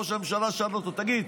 ראש הממשלה שאל אותו: תגיד,